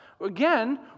Again